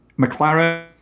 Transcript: McLaren